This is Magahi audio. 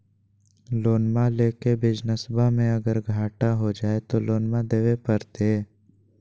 लोनमा लेके बिजनसबा मे अगर घाटा हो जयते तो लोनमा देवे परते?